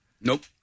Nope